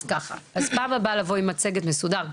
פעם הבאה לבוא עם מצגת, מסודר.